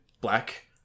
black